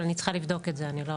אבל אני צריכה לבדוק את זה.